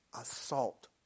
assault